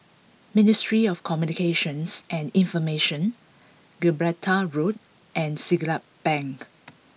Ministry of Communications and Information Gibraltar Road and Siglap Bank